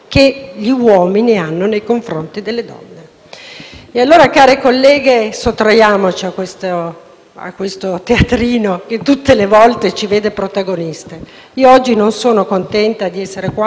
donne. Care colleghe, sottraiamoci dunque a questo teatrino che tutte le volte ci vede protagoniste. Oggi non sono contenta di essere qui a fare la dichiarazione di voto: lo dico onestamente.